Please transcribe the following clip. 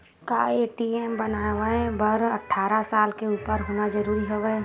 का ए.टी.एम बनवाय बर अट्ठारह साल के उपर होना जरूरी हवय?